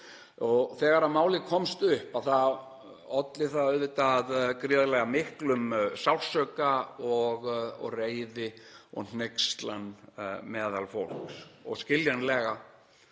Þegar málið komst upp olli það auðvitað gríðarlega miklum sársauka og reiði og hneykslan meðal fólks, skiljanlega.